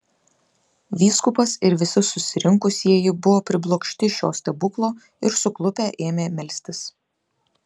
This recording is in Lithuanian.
vyskupas ir visi susirinkusieji buvo priblokšti šio stebuklo ir suklupę ėmė melstis